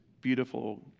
beautiful